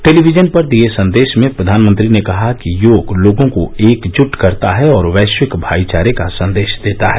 television पर दिये संदेश में प्रधानमंत्री ने कहा कि योग लोगों को एकजुट करता है और वैरिवक भाइचारे का संदेश देता है